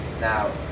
now